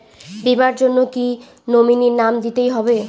বীমার জন্য কি নমিনীর নাম দিতেই হবে?